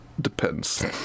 Depends